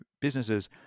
businesses